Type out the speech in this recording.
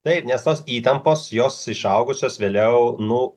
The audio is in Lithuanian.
taip nes tos įtampos jos išaugusios vėliau nu